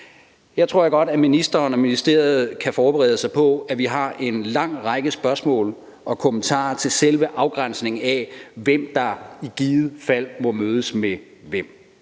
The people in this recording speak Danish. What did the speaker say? her tror jeg godt at ministeren og ministeriet kan forberede sig på, at vi har en lang række spørgsmål og kommentarer til selve afgrænsningen af, hvem der i givet fald må mødes med hvem.